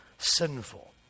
sinful